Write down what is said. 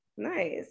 nice